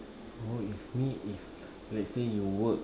oh it's me if let's say you work